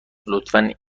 لطفا